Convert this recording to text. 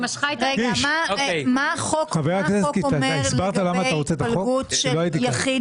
מה החוק אומר לגבי ההתפלגות של יחיד